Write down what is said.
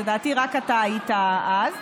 לדעתי רק אתה היית אז,